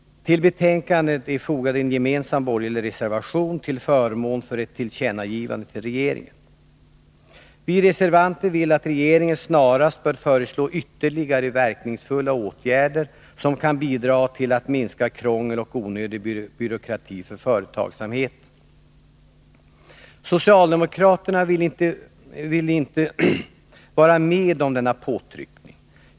Till betänkandet är fogad en gemensam borgerlig reservation till förmån för ett tillkännagivande till regeringen. Vi reservanter vill att regeringen snarast föreslår ytterligare verkningsfulla åtgärder, som kan bidra till att minska krångel och onödig byråkrati för företagsamheten. Socialdemokraterna vill inte vara med om denna påtryckning.